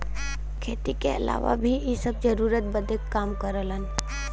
खेती के अलावा भी इ सब जरूरत बदे काम करलन